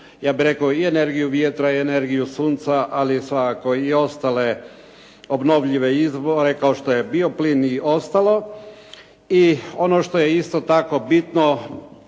ja bih rekao i energiju vjetra i energiju sunca, ali svakako i ostale obnovljive izvore kao što je bioplin i ostalo. I ono što je isto tako bitno,